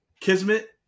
Kismet